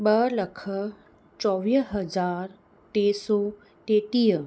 ॿ लख चौवीह हज़ार टे सौ टेटीह